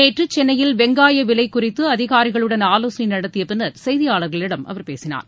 நேற்று சென்னையில் வெங்காய விலை குறித்து அதிகாரிகளுடன் ஆலோசனை நடத்திய பின்னர் செய்தியாளர்களிடம் அவர் பேசினார்